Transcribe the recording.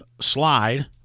slide